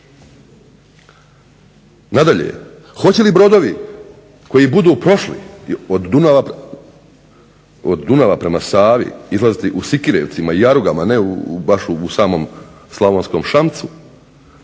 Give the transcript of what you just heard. Nadalje, hoće li brodovi koji budu prošli od Dunava prema Savi izlaziti u Sikirevcima i Jarugama, a ne baš u samom Slavonskom Šamcu,